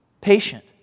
patient